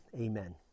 Amen